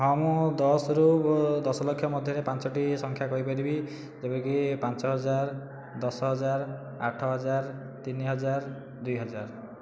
ହଁ ମୁଁ ଦଶରୁ ଦଶଲକ୍ଷ ମଧ୍ୟରେ ପାଞ୍ଚଟି ସଂଖ୍ୟା କହିପାରିବି ଯେବେକି ପାଞ୍ଚହଜାର ଦଶହଜାର ଆଠହଜାର ତିନିହଜାର ଦୁଇହଜାର